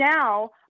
now